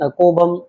kobam